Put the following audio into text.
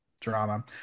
drama